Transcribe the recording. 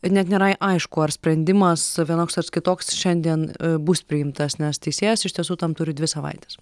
net nėra aišku ar sprendimas vienoks ars kitoks šiandien bus priimtas nes teisėjas iš tiesų tam turi dvi savaites